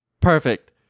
Perfect